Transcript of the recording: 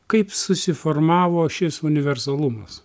kaip susiformavo šis universalumas